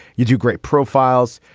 you do great profiles.